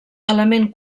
element